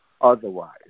otherwise